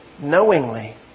Knowingly